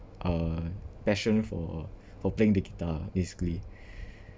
a passion for for playing the guitar basically